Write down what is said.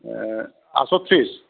आदस'थ्रिस